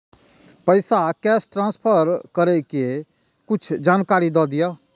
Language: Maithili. पैसा कैश ट्रांसफर करऐ कि कुछ जानकारी द दिअ